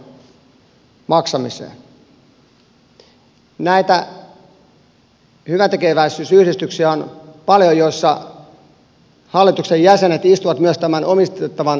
näitä hyväntekeväisyysyhdistyksiä on paljon joissa hallituksen jäsenet istuvat myös tämän omistettavan yrityksen hallituksessa